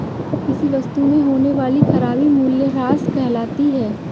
किसी वस्तु में होने वाली खराबी मूल्यह्रास कहलाती है